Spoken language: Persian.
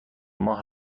ماه